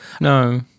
No